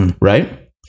right